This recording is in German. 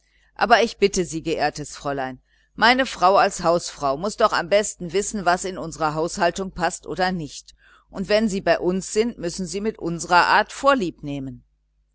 aber ich bitte sie geehrtes fräulein meine frau als hausfrau muß doch am besten wissen was in unsere haushaltung paßt oder nicht und wenn sie bei uns sind müssen sie mit unserer art vorlieb